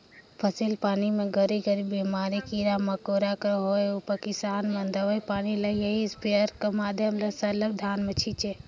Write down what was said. फसिल पानी मे घरी घरी बेमारी, कीरा मकोरा कर होए उपर किसान मन दवई पानी ल एही इस्पेयर कर माध्यम ले सरलग धान मे छीचे